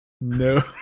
No